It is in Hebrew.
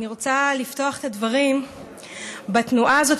אני רוצה לפתוח את הדברים בתנועה הזאת